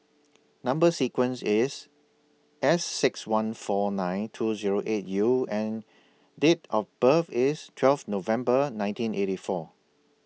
Number sequence IS S six one four nine two Zero eight U and Date of birth IS twelve November nineteen eighty four